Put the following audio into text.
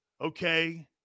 okay